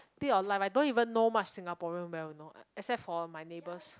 dead or alive I don't even know much singaporean well you know except for my neighbors